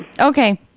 Okay